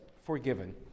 forgiven